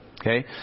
Okay